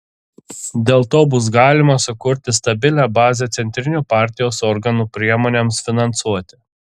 dėl to bus galima sukurti stabilią bazę centrinių partijos organų priemonėms finansuoti